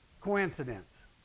coincidence